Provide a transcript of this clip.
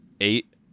eight